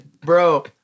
Bro